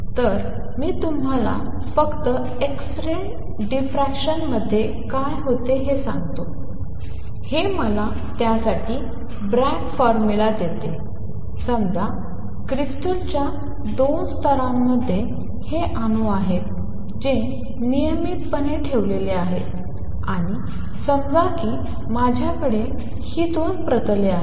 तर मी तुम्हाला फक्त एक्स रे डिफ्रॅक्शनमध्ये काय होते ते सांगतो हे मला त्यासाठी ब्रॅग फॉर्म्युला देते समजा क्रिस्टल क्रिस्टलच्या 2 स्तरांमध्ये हे अणू आहेत जे नियमितपणे ठेवलेले आहेत आणि समजा की माझ्याकडे ही 2 प्रतले आहेत